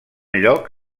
lloc